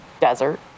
desert